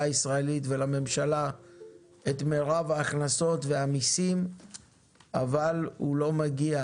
הישראלית ולממשלה את מירב ההכנסות והמיסים אבל הוא לא מגיע,